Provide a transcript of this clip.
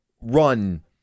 run